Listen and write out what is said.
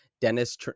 Dennis